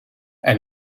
elles